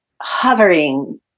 hovering